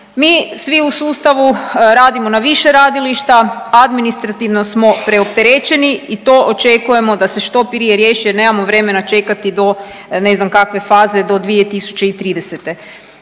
Mi svi u sustavu radimo na više radilišta. Administrativno smo preopterećeni i to očekujemo da se što prije riješi jer nemamo vremena čekati do ne znam kakve faze do 2030.